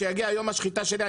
כשיגיע יום השחיטה שלי,